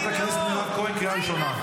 חברת הכנסת מירב כהן, קריאה ראשונה.